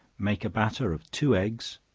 make a batter of two eggs,